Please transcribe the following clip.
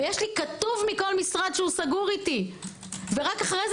ויש לי כתוב מכל משרד שהוא סגור איתי ורק אחרי זה